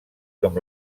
com